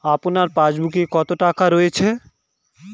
আপনার পাসবুকে কত টাকা রয়েছে?